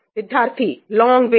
विद्यार्थी long wait